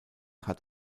hat